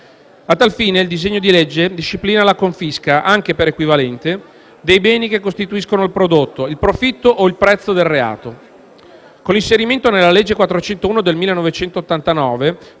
A tal fine il disegno di legge disciplina la confisca, anche per equivalente, dei beni che costituiscono il prodotto, il profitto o il prezzo del reato. Con l'inserimento nella legge n. 401 del 1989